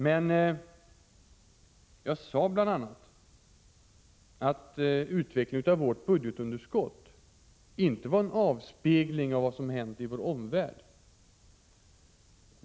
Men jag sade bl.a. att utvecklingen av vårt budgetunderskott inte var en avspegling av vad som hänt i vår omvärld.